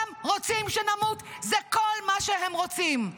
הם רוצים שנמות, זה כל מה שהם רוצים.